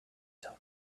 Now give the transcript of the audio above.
sell